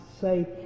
say